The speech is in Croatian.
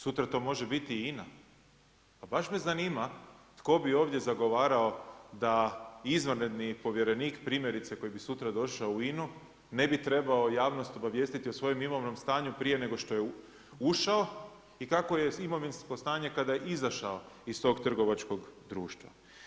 Sutra to može biti i INA, pa baš me zanima tko bi ovdje zagovarao da izvanredni povjerenik primjerice koji bi sutra došao u INA-u, ne bi trebao javnost obavijestiti o svojem imovinom stanju prije nego što je ušao i kako je imovinsko stanje kada je izašao iz tog trgovačkog društva.